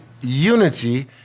unity